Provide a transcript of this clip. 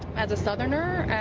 as a southern and